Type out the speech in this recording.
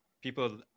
people